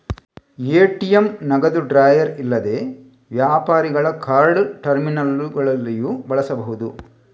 ATM ನಗದು drawer ಇಲ್ಲದೆ ವ್ಯಾಪಾರಿಗಳ ಕಾರ್ಡ್ ಟರ್ಮಿನಲ್ಲುಗಳಲ್ಲಿಯೂ ಬಳಸಬಹುದು